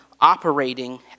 operating